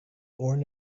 born